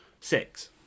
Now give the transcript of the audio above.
Six